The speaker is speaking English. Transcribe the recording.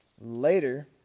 Later